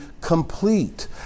complete